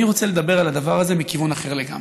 אני רוצה לדבר על הדבר הזה מכיוון אחר לגמרי.